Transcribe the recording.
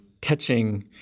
catching